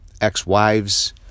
ex-wives